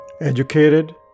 Educated